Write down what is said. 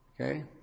Okay